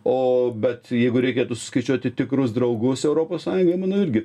o bet jeigu reikėtų skaičiuoti tikrus draugus europos sąjungoj manau irgi